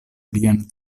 lian